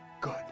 Good